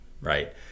right